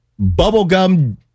bubblegum